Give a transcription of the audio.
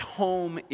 home